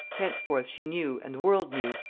henceforth she knew, and the world knew,